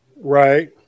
Right